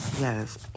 Yes